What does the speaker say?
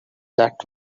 that